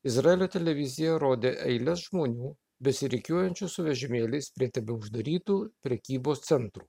izraelio televizija rodė eiles žmonių besirikiuojančių su vežimėliais prie tebeuždarytų prekybos centrų